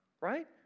Right